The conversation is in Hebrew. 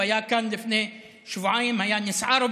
הוא היה כאן לפני שבועיים והיה נסער,